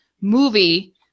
movie